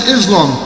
Islam